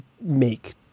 make